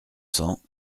cents